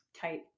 Tight